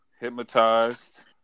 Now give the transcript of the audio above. Hypnotized